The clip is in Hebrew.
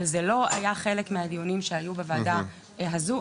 אבל זה לא היה חלק מהדיונים שהיו בוועדה הזו,